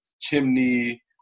chimney